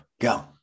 Go